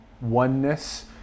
oneness